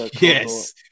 Yes